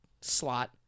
slot